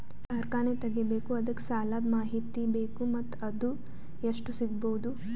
ಕಾರ್ಖಾನೆ ತಗಿಬೇಕು ಅದಕ್ಕ ಸಾಲಾದ ಮಾಹಿತಿ ಬೇಕು ಮತ್ತ ಅದು ಎಷ್ಟು ಸಿಗಬಹುದು?